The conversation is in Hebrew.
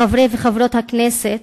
חברי וחברות הכנסת,